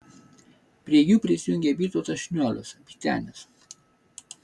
prie jų prisijungė vytautas šniuolis vytenis